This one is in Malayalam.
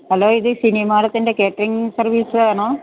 ഹലോ ഇത് ഷിനി മാഡത്തിൻ്റെ കേറ്ററിംഗ് സർവീസ് ആണോ